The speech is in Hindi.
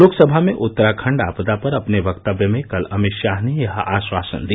लोकसभा में उत्तराखंड आपदा पर अपने वक्तव्य में कल अमित शाह ने यह आश्वासन दिया